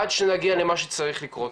עד שנגיע למה שצריך לקרות,